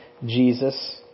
Jesus